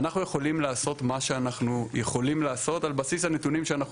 אנחנו יכולים לעשות מה שאנחנו יכולים לעשות על בסיס הנתונים שאנחנו